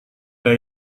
ada